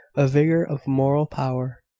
a vigour of moral power,